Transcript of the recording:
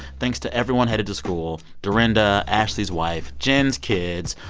thanks to everyone headed to school dorenda, ashley's wife, jen's kids,